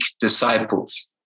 disciples